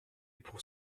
pour